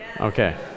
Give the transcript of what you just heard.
Okay